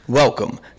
Welcome